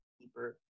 deeper